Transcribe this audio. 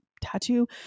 Tattoo